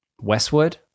Westwood